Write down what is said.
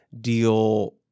deal